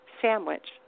sandwich